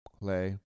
play